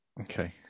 Okay